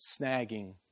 snagging